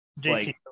JT